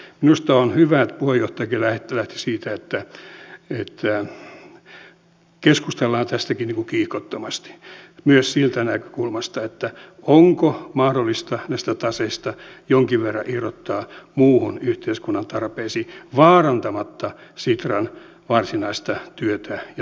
minusta on hyvä että puheenjohtajakin lähti siitä että keskustellaan tästäkin kiihkottomasti myös siitä näkökulmasta onko mahdollista näistä taseista jonkin verran irrottaa muihin yhteiskunnan tarpeisiin vaarantamatta sitran varsinaista työtä ja tulevaisuutta